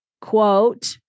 quote